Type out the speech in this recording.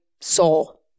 soul